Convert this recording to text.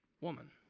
woman